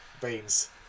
beans